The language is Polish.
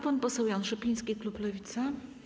Pan poseł Jan Szopiński, klub Lewica.